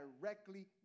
directly